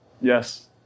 Yes